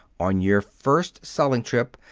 on your first selling-trip,